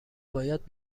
باید